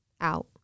out